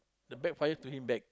the backfires to him back